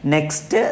Next